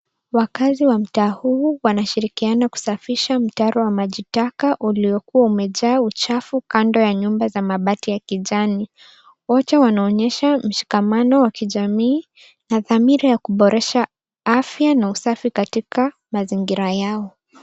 Wakaazi wa mtaa huu wanashirikiana kusafisha mtaro wa majitaka uliokua umejaa uchafu kando ya nyumba za mabati ya kijani. Wote wanaonyeshamshikamano wa kijamii, na dhamira ya kuboresha afya na usafi katika mazingira yao.